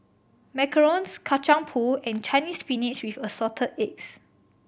macarons Kacang Pool and Chinese Spinach with Assorted Eggs